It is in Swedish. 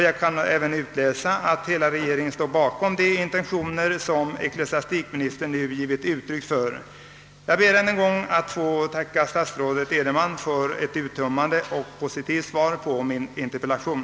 Jag kan även av det utläsa att hela regeringen står bakom de intentioner som ecklesiastikministern har givit uttryck för. Jag tackar än en gång statsrådet Edenman för ett uttömmande och positivt svar på min interpellation.